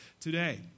today